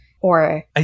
or-